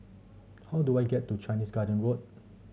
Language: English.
how do I get to Chinese Garden Road